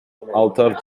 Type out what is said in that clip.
although